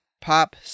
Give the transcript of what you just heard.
Pop